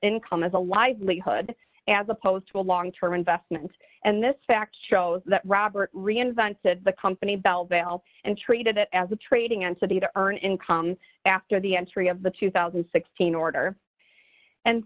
income as a livelihood as opposed to a long term investment and this fact shows that robert reinvented the company bell vale and treated it as a trading and so they either earn income after the entry of the two thousand and sixteen order